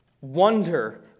wonder